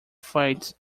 fights